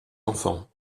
enfants